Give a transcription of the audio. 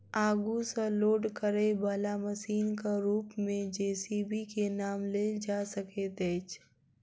आगू सॅ लोड करयबाला मशीनक रूप मे जे.सी.बी के नाम लेल जा सकैत अछि